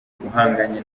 uhanganye